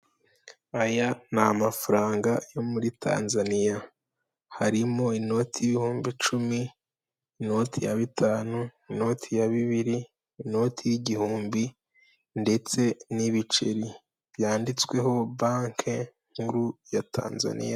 Aya ni amafaranga yo muri Tanzaniya harimo inoti y'ibihumbi cumi, inoti ya bitanu, inoti ya bibiri, inoti y'igihumbi ndetse n'ibiceri byanditsweho banki nkuru ya Tanzaniya.